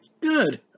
Good